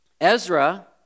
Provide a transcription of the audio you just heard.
Ezra